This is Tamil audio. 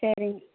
சரிங்க